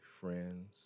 friends